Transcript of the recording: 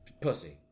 pussy